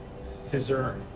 scissor